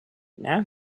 now